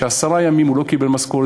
שעשרה ימים לא קיבל משכורת,